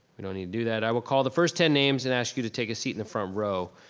we don't need to do that. i will call the first ten names and ask you to take a seat in the front row.